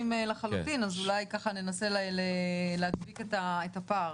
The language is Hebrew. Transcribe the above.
לחלוטין אז אולי ננסה להדביק את הפער.